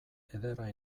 ederra